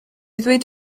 ddweud